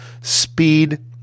Speed